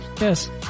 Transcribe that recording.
Yes